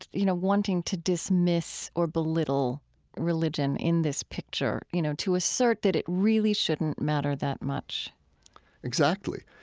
you know, wanting to dismiss or belittle religion in this picture, you know, to assert that it really shouldn't matter that much exactly.